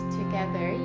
together